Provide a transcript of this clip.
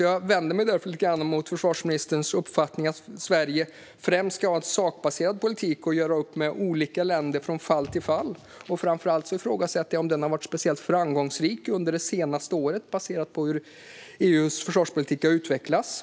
Jag vänder mig därför lite grann mot försvarsministerns uppfattning att Sverige främst ska ha en sakbaserad politik och göra upp med olika länder från fall till fall. Framför allt ifrågasätter jag om den har varit speciellt framgångsrik under det senaste året, baserat på hur EU:s försvarspolitik har utvecklats.